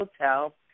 hotel